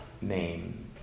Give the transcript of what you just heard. name